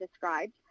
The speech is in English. described